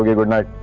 goodnight.